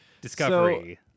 Discovery